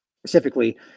specifically